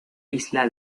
isla